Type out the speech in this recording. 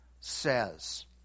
says